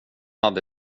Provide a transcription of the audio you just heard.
hade